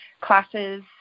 classes